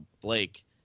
Blake